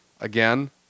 again